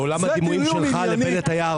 בעולם הדימויים שלך לבנט היה ארמון.